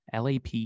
LAP